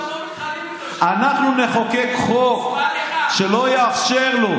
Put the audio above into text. אנחנו נחוקק חוק שלא יאפשר לו,